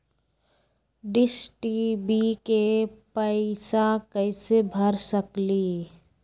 Dish TV के पैईसा कईसे भर सकली?